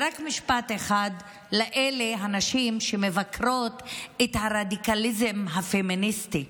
רק משפט אחד לנשים שמבקרות את הרדיקליזם הפמיניסטי.